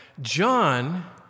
John